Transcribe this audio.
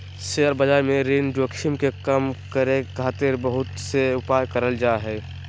share बाजार में ऋण जोखिम के कम करे खातिर बहुत से उपाय करल जा हय